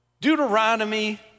Deuteronomy